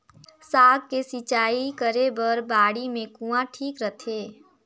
साग के सिंचाई करे बर बाड़ी मे कुआँ ठीक रहथे?